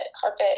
carpet